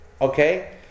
Okay